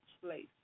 place